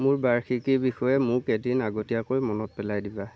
মোৰ বাৰ্ষিকীৰ বিষয়ে মোক এদিন আগতীয়াকৈ মনত পেলাই দিবা